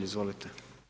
Izvolite.